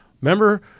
Remember